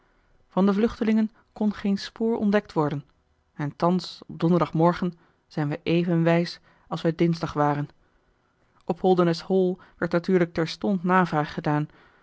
van de vluchtelingen kon geen spoor ontdekt worden en thans op donderdagmorgen zijn wij even wijs als wij dinsdag waren op holdernesse hall werd natuurlijk terstond navraag gedaan